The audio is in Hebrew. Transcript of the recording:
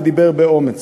ודיבר באומץ.